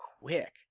quick